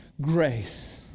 grace